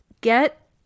get